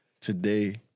today